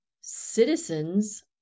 citizens